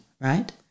Right